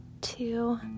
two